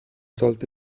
sollte